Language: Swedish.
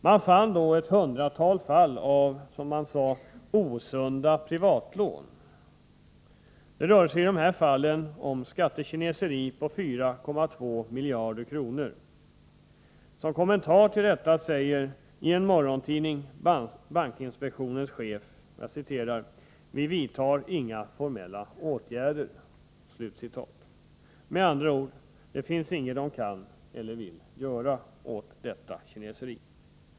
Man fann ett hundratal fall av, som man kallade det, osunda privatlån. Det rörde sig i dessa fall om skattekineseri omfattande 4,2 miljarder kronor. Som kommentar till detta säger, i en morgontidning, bankinspektionens chef: ”Vi vidtar inga formella åtgärder.” Det finns alltså på det hållet inget som man kan eller vill göra åt detta kineseri.